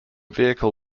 vehicle